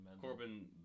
Corbin